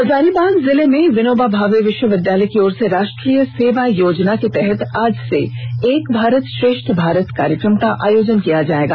हजारीबाग जिले में विनोबा भावे विष्वविद्यालय की ओर से राष्ट्रीय सेवा योजना के तहत आज से एक भारत श्रेष्ठ भारत कार्यक्रम का आयोजन किया जायेगा